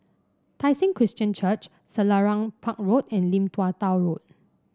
Tai Seng Christian Church Selarang Park Road and Lim Tua Tow Road